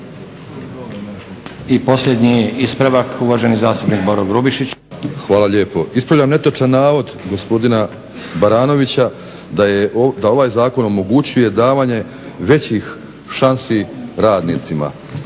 I posljednji ispravak, uvaženi zastupnik Boro Grubišić. **Grubišić, Boro (HDSSB)** Hvala lijepo. Ispravljam netočan navod gospodina Baranovića da ovaj Zakon omogućuje davanje većih šansi radnicima.